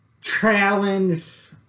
challenge